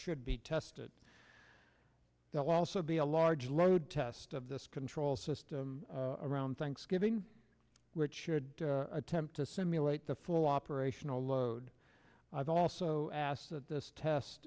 should be tested that will also be a large load test of this control system around thanksgiving which should attempt to simulate the full operational load i've also asked that this test